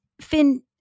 Finn